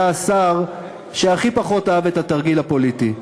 השר שהכי פחות אהב את התרגיל הפוליטי.